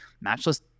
matchless